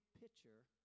picture